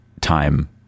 time